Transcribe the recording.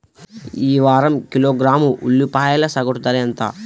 ఈ వారం కిలోగ్రాము ఉల్లిపాయల సగటు ధర ఎంత?